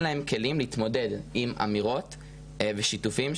להם כלים להתמודד עם אמירות ושיתופים,